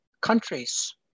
countries